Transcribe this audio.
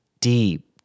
deep